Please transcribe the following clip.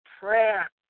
prayer